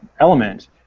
element